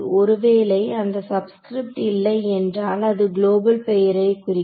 ஒருவேளை அந்த சப்ஸ்கிரிப்ட் இல்லை என்றால் அது குளோபல் பெயரை குறிக்கும்